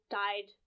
died